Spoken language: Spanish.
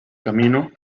camino